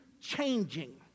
changing